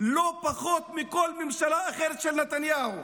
לא פחות מכל ממשלה אחרת של נתניהו.